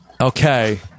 Okay